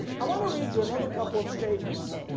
i want to read you another couple of statements,